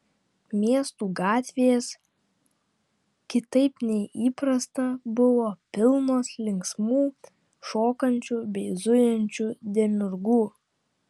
miestų gatvės kitaip nei įprasta buvo pilnos linksmų šokančių bei zujančių demiurgų